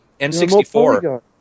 N64